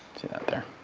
see that there.